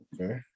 Okay